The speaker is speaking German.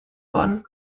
worden